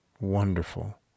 wonderful